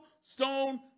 stone